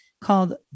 called